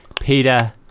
Peter